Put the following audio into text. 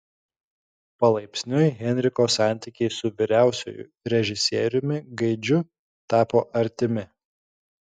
palaipsniui henriko santykiai su vyriausiuoju režisieriumi gaidžiu tapo artimi